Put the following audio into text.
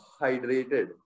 hydrated